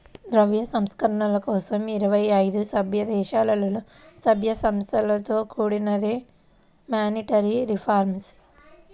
ద్రవ్య సంస్కరణల కోసం ఇరవై ఏడు సభ్యదేశాలలో, సభ్య సంస్థలతో కూడినదే మానిటరీ రిఫార్మ్